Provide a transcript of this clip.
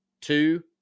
two